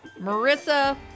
Marissa